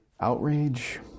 outrage